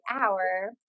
hour